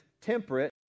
temperate